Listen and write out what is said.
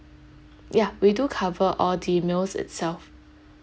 ya we do cover all the meals itself